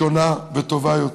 שונה וטובה יותר.